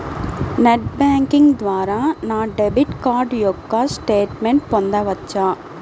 Net banking ద్వారా నా debit card యొక్క స్టేట్మెంట్ పొందవచ్చా?